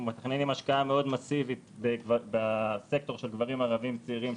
מתחילים עם השקעה מאוד מסיבית בסקטור של גברים ערבים צעירים,